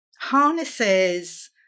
harnesses